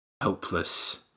helpless